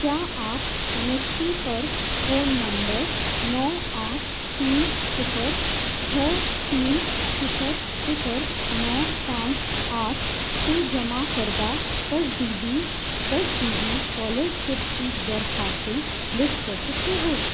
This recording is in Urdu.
کیا آپ این ایس پی پر فون نمبر نو آٹھ تین صفر چھ تین صفر صفر نو پانچ آٹھ سے جمع کردہ تجدیدی تجدیدی اسکالرشپ کی درخواستیں لسٹ کر سکتے ہو